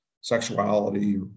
sexuality